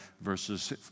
verses